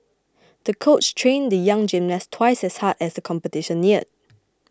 the coach trained the young gymnast twice as hard as the competition neared